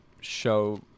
show